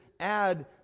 Add